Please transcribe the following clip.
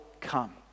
come